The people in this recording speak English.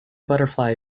butterfly